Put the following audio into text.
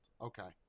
okay